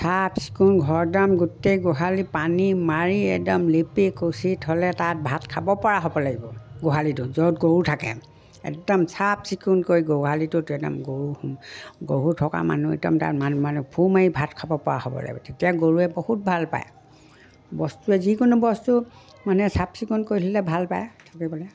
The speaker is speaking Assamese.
চাফ চিকুণ ঘৰ দাম গোটেই গোহালি পানী মাৰি একদম লিপি কুচি থ'লে তাত ভাত খাব পৰা হ'ব লাগিব গোহালিটো য'ত গৰু থাকে একদম চাফ চিকুণ কৰি গোহালিটোত একদম গৰু গৰু থকা মানুহ একদম তাত মানে ফুক মাৰি ভাত খাব পৰা হ'ব লাগিব তেতিয়া গৰুৱে বহুত ভাল পায় বস্তুৱে যিকোনো বস্তু মানে চাফ চিকুণ কৰি দিলে ভাল পায় থাকিবলৈ